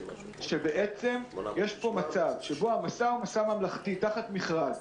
בעצם יש פה מצב שנעשה מסע ממלכתי תחת מכרז,